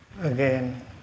again